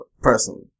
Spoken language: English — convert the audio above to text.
Personally